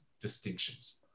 distinctions